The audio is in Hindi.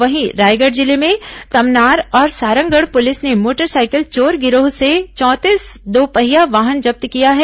वहीं रायगढ़ जिले में तमनार और सारंगढ़ पुलिस ने मोटरसाइकिल चोर गिरोह से चौंतीस दोपहिया वाहन जब्त किया है